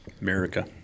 America